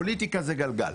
פוליטיקה זה גלגל.